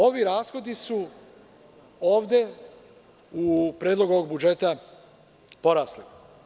Ovi rashodi su ovde u predlogu ovog budžeta porasli.